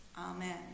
Amen